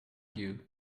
you